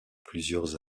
plusieurs